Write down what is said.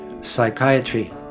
psychiatry